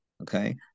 Okay